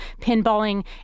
pinballing